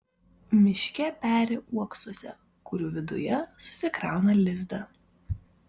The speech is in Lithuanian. miške peri uoksuose kurių viduje susikrauna lizdą